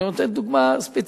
אני אתן דוגמה ספציפית,